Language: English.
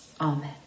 Amen